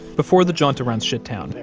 before the jaunt around shittown,